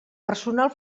personal